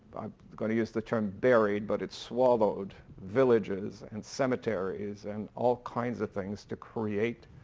i'm going to use the term buried but it swallowed villages and cemeteries and all kinds of things to create